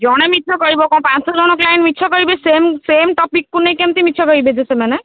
ଜଣେ ମିଛ କହିବ କ'ଣ ପାଞ୍ଚଜଣ କ୍ଲାଏଣ୍ଟ ମିଛ କହିବେ ସେମ୍ ସେମ୍ ଟପିକ୍କୁ ନେଇକି କେମିତି ମିଛ କହିବେ ଯେ ସେମାନେ